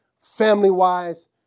family-wise